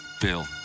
Bill